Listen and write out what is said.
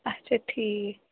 اچھا ٹھیٖک